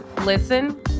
listen